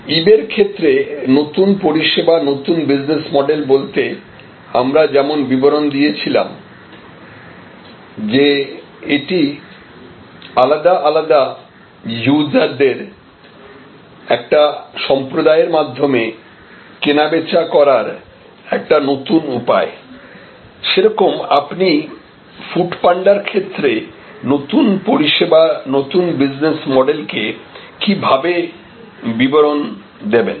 ইবে র ক্ষেত্রে নতুন পরিষেবা নতুন বিজনেস মডেল বলতে আমরা যেমন বিবরণ দিয়েছিলাম যে এটি আলাদা আলাদা ইউজারদের একটি সম্প্রদায়ের মাধ্যমে কেনাবেচা করার একটা নতুন উপায়সেই রকম আপনি ফুডপাণ্ডা র ক্ষেত্রে নতুন পরিষেবা নতুন বিজনেস মডেল কে কিভাবে বিবরণ দেবেন